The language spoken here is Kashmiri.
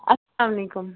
اَسلام علیکُم